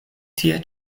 tie